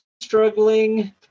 struggling